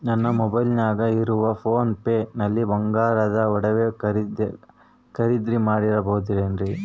ನಮ್ಮ ಮೊಬೈಲಿನಾಗ ಇರುವ ಪೋನ್ ಪೇ ನಲ್ಲಿ ಬಂಗಾರದ ಒಡವೆ ಖರೇದಿ ಮಾಡಬಹುದೇನ್ರಿ?